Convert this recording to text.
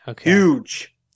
huge